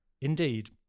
Indeed